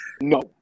No